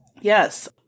Yes